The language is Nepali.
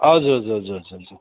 हजुर हजुर हजुर हजुर